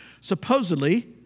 supposedly